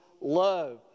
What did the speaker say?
love